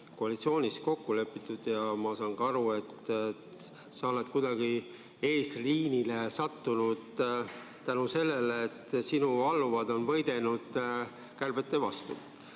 koalitsioonis kokku lepitud. Ja ma saan ka aru, et sa oled kuidagi eesliinile sattunud tänu sellele, et sinu alluvad on võidelnud kärbete vastu.